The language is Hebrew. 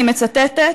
אני מצטטת,